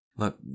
Look